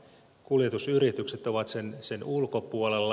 kuljetusyritykset ovat sen ulkopuolella